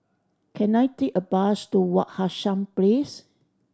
can I take a bus to Wak Hassan Place